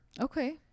Okay